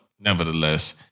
nevertheless